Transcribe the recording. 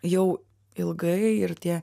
jau ilgai ir tie